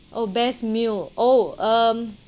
oh best meal oh um